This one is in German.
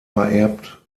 vererbt